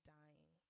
dying